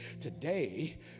Today